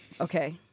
okay